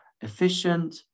efficient